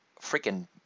freaking